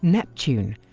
neptune,